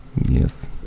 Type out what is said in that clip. Yes